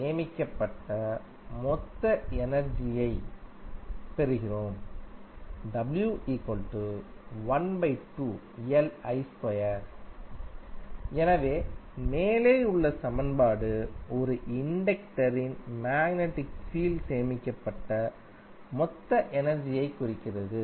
சேமிக்கப்பட்ட மொத்த எனர்ஜியை பெறுகிறோம் எனவே மேலே உள்ள சமன்பாடு ஒரு இண்டக்டரின் மேக்னடிக் ஃபீல்டில் சேமிக்கப்பட்ட மொத்த எனர்ஜியைக் குறிக்கிறது